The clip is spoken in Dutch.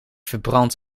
verbrand